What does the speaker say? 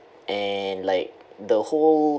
and like the whole